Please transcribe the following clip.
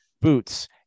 boots